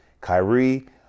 Kyrie